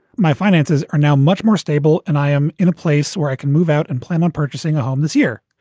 my finances are now much more stable and i am in a place where i can move out and plan on purchasing a home this year.